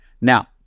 Now